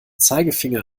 zeigefinder